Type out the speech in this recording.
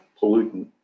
pollutant